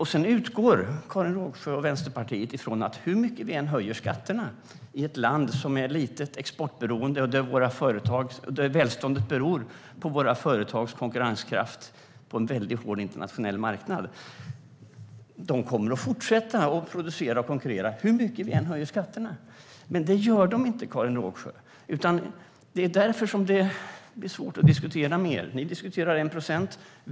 Hur mycket vi än höjer skatterna i ett litet exportberoende land, där välståndet beror på våra företags konkurrenskraft på en väldigt hård internationell marknad, kommer företagen att fortsätta att producera och konkurrera. Det är vad Karin Rågsjö och Vänsterpartiet utgår ifrån. Men så är det inte, Karin Rågsjö. Det är därför som det blir svårt att diskutera med er. Ni diskuterar 1 procent.